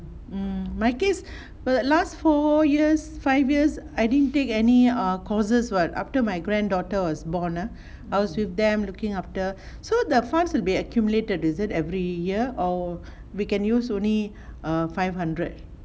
mm my case err last four years five years I didn't take any err courses what after my granddaughter was born ah I was with them looking after so the funds will be accumulated is it every year or we can use only err five hundred